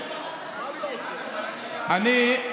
תאמין לי.